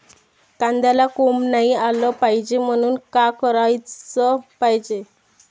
कांद्याला कोंब नाई आलं पायजे म्हनून का कराच पायजे?